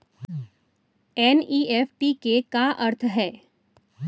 NEFT के का अर्थ है?